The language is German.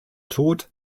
tod